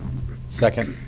second.